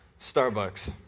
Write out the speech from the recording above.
Starbucks